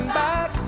back